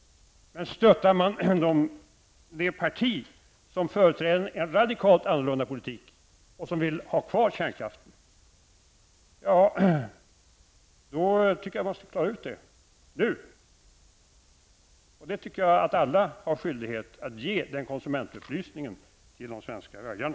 Men den som röstar på det parti som företräder en radikalt annorlunda politik och som vill ha kvar kärnkraften bör få detta klargjort för sig nu. Jag tycker att alla har skyldighet att ge den konsumentupplysningen till de svenska väljarna.